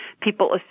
people